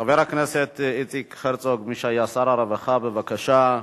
חבר הכנסת איציק הרצוג, מי שהיה שר הרווחה, בבקשה.